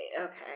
Okay